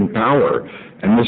in power and